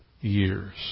years